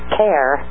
care